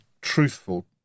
truthful